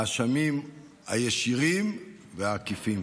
האשמים הישירים והעקיפים.